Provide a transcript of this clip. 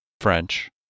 French